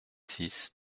six